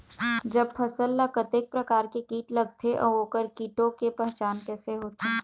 जब फसल ला कतेक प्रकार के कीट लगथे अऊ ओकर कीटों के पहचान कैसे होथे?